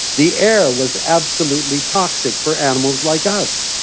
the air was absolutely toxic for animals like us.